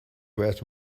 whereas